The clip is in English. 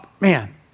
man